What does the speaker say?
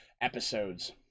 episodes